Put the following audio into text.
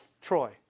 Troy